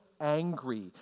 angry